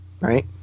right